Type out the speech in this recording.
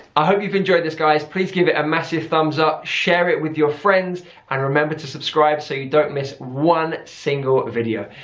i hope you have enjoyed this guys, please give it a massive thumbs up, share it with your friends and remember to subscribe so you don't miss one single video.